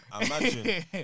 imagine